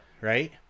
Right